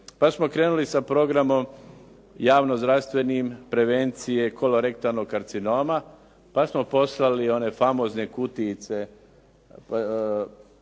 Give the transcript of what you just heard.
Pa smo krenuli sa programom javno zdravstvenim, prevencije, kolorektalnog karcinoma, pa smo poslali one famozne kutijice